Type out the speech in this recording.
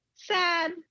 Sad